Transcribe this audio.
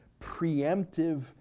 preemptive